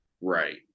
right